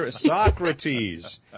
Socrates